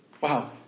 Wow